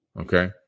okay